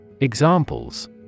Examples